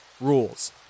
rules